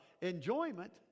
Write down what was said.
enjoyment